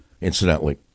incidentally